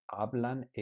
hablan